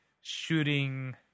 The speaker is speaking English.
shooting